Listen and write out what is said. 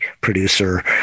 producer